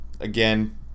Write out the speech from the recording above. again